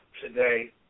today